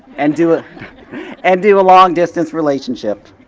and do ah and do a long-distance relationship.